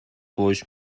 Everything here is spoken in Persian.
فحش